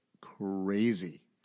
crazy